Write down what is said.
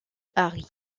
hari